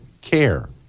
care